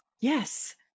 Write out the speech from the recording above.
Yes